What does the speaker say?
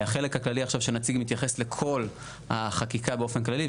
החלק הכללי עכשיו שנציג מתייחס לכל החקיקה באופן כללי.